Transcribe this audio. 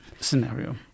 scenario